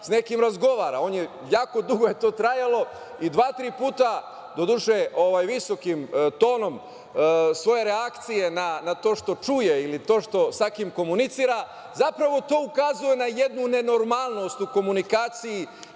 sa nekim razgovara. Jako dugo je to trajalo i dva-tri puta, do duše visokim tonom, svoje reakcije na to što čuje ili sa kim komunicira, zapravo to ukazuje na jednu nenormalnost u komunikaciji